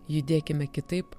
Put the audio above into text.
judėkime kitaip